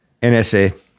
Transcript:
NSA